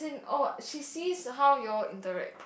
oh she sees how y'all interact